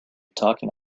talking